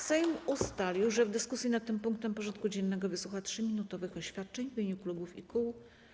Sejm ustalił, że w dyskusji nad tym punktem porządku dziennego wysłucha 3-minutowych oświadczeń w imieniu klubów i kół.